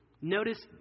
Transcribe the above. Notice